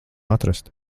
atrast